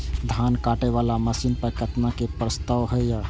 धान काटे वाला मशीन पर केतना के प्रस्ताव हय?